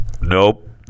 nope